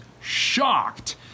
shocked